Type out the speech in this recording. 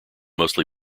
mostly